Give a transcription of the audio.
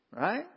right